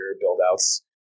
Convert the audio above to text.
build-outs